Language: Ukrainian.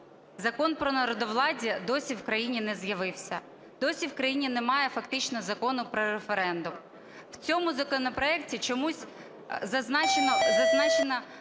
Закон про народовладдя досі в країні не з'явився. Досі в країні немає фактично закону про референдум. В цьому законопроекті чомусь зазначена